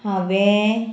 हांवें